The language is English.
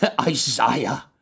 Isaiah